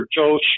Joe